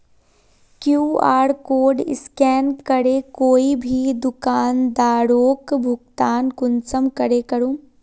QR code scan करे कोई भी दुकानदारोक भुगतान कुंसम करे करूम?